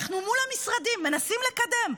אנחנו מול המשרדים מנסים לקדם.